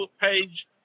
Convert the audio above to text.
page